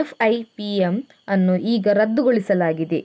FIPM ಅನ್ನು ಈಗ ರದ್ದುಗೊಳಿಸಲಾಗಿದೆ